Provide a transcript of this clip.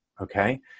okay